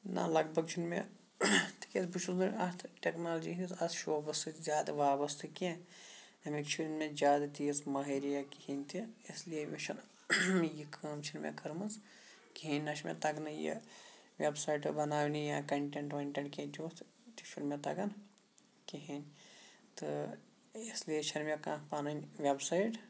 لگ بگ چھُ مےٚ تِکیازِ بہٕ چھُس نہٕ اَتھ ٹیکنالجی ہِندۍ اَتھ شعوبَس سۭتۍ زیادٕ وابسطٕ کیٚنہہ اَمیُک چھُ نہٕ مےٚ زیادٕ تیٖژ مہٲرِیت کِہینۍ تہِ اس لیے مےٚ چھےٚ یہِ کٲم چھنہٕ مےٚ کٔرمٕژ کِہینۍ تہِ نہ چھُ مےٚ تَگنٕے یہِ ویبسایٹہٕ بَناونہِ یا کَنٹینٹ وینٹینٹ کیٚنٛہہ تیوٗت تہِ چھُنہٕ مےٚ تَگان کِہینۍ تہٕ اس لیے چھنہٕ مےٚ پَنٕنۍ کانہہ ویبسایِٹ